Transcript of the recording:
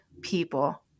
people